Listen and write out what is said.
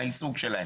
לכך.